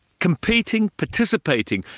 competing, participating,